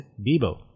Bebo